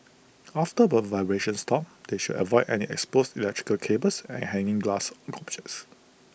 after the vibrations stop they should avoid any exposed electrical cables and hanging glass objects